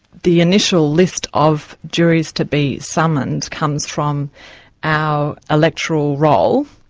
the initial list of juries to be summoned comes from our electoral roll,